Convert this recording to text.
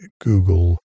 Google